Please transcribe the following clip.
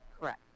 Correct